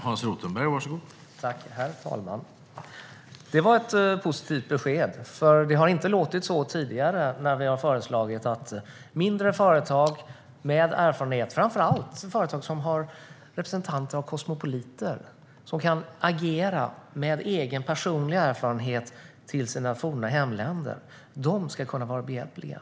Herr talman! Det var ett positivt besked. Det har inte låtit så tidigare när vi har föreslagit att mindre företag som representeras av kosmopoliter, som kan agera med egen personlig erfarenhet i förhållande till sina forna hemländer, kan vara behjälpliga.